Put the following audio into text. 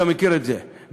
אתה מכיר את זה,